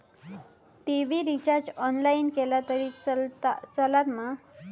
TV recharge online केला तरी चलात मा?